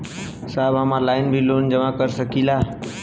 साहब हम ऑनलाइन भी लोन जमा कर सकीला?